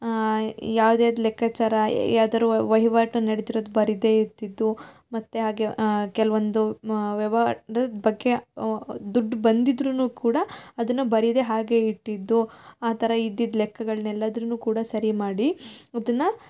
ಯಾವ್ದು ಯಾವ್ದ್ ಲೆಕ್ಕಾಚಾರ ಯಾವ್ದಾದ್ರು ವಹಿವಾಟು ನಡ್ದಿರೋದು ಬರೀದೆ ಇದ್ದಿದ್ದು ಮತ್ತು ಹಾಗೆ ಕೆಲವೊಂದು ಮ ವ್ಯವಹಾರದ್ ಬಗ್ಗೆ ದುಡ್ಡು ಬಂದಿದ್ರೂ ಕೂಡ ಅದನ್ನು ಬರೀದೆ ಹಾಗೇ ಇಟ್ಟಿದ್ದು ಆ ಥರ ಇದ್ದಿದ್ದು ಲೆಕ್ಕಗಳ್ನೆಲ್ಲದನ್ನೂ ಕೂಡ ಸರಿ ಮಾಡಿ ಅದನ್ನು